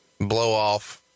blow-off